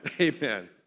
Amen